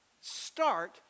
start